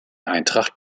eintracht